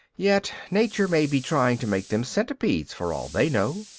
yet nature may be trying to make them centipedes for all they know.